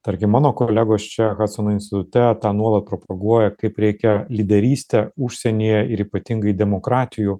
tarkim mano kolegos čia hadsono institute tą nuolat propaguoja kaip reikia lyderystę užsienyje ir ypatingai demokratijų